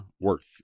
worth